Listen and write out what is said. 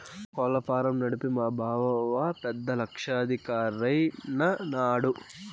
కోళ్ల ఫారం నడిపి మా బావ పెద్ద లక్షాధికారైన నాడు